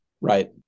Right